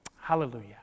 hallelujah